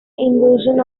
invasion